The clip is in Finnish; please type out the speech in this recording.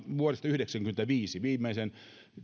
vuodesta yhdeksänkymmentäviisi viimeisen